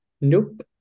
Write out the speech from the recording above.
Nope